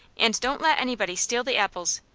and don't let anybody steal the apples.